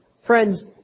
friends